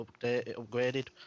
upgraded